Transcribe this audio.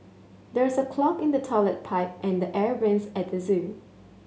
there is a clog in the toilet pipe and the air vents at the zoo